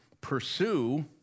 pursue